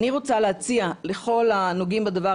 אני רוצה להציג לכל הנוגעים בדבר,